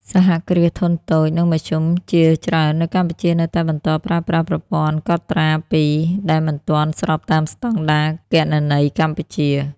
សហគ្រាសធុនតូច និងមធ្យម ជាច្រើននៅកម្ពុជានៅតែបន្តប្រើប្រាស់ "ប្រព័ន្ធកត់ត្រាពីរ" ដែលមិនទាន់ស្របតាមស្ដង់ដារគណនេយ្យកម្ពុជា ។